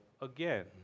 again